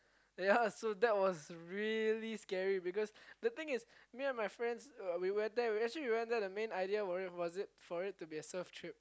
ya so that was really scary because the thing is me and my friends we went there actually we went there the main idea worry was for it to be a serve trip